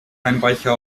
einbrecher